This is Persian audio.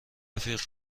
رفیق